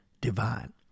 divine